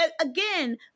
again